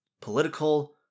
political